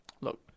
Look